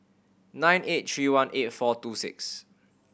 nine eight three one eight four two six